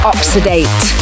Oxidate